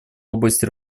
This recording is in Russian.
области